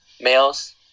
males